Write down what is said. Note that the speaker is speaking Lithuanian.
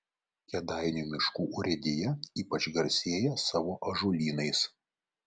kėdainių miškų urėdija ypač garsėja savo ąžuolynais